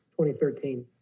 2013